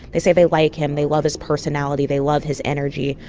they say they like him. they love his personality. they love his energy,